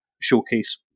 showcase